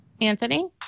Anthony